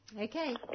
Okay